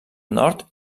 nord